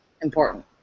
important